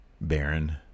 Baron